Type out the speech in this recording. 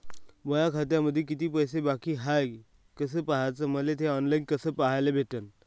माया खात्यामंधी किती पैसा बाकी हाय कस पाह्याच, मले थे ऑनलाईन कस पाह्याले भेटन?